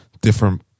different